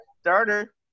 Starter